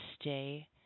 stay